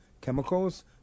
chemicals